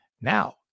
Now